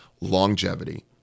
longevity